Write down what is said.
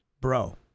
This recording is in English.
bro